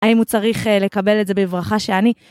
האם הוא צריך לקבל את זה בברכה שאני?